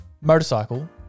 motorcycle